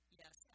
yes